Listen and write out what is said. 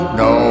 no